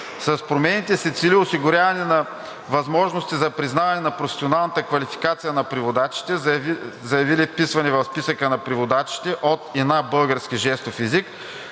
С промените се цели осигуряване на възможности за признаване на професионалната квалификация на преводачите, заявили вписване в Списъка на преводачите от и на български жестов език,